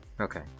Okay